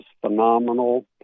phenomenal